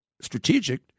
strategic